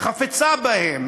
חפצה בהם,